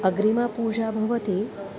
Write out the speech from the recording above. अग्रिमा पूजा भवति